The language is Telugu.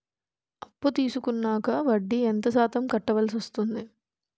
అప్పు తీసుకున్నాక వడ్డీ ఎంత శాతం కట్టవల్సి వస్తుంది?